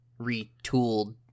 retooled